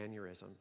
aneurysm